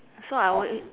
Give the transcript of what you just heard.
so I alway